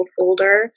folder